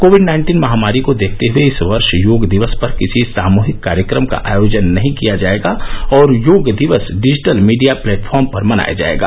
Covid nineteen महामारी को देखते हए इस वर्ष योग दिवस पर किसी सामुहिक कार्यक्रम का आयोजन नहीं किया जाएगा और योग दिवस डिजिटल मीडिया प्लेटफॉर्म पर मनाया जाएगा